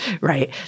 right